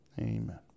Amen